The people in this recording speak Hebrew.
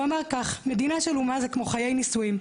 הוא אמר: "מדינה של אומה זה כמו חיי נישואין.